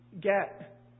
get